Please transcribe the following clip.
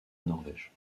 norvège